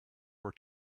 were